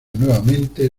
nuevamente